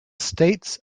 states